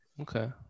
Okay